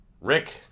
Rick